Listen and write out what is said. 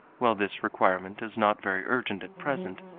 while this requirement is not very urgent at present,